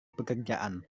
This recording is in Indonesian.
pekerjaan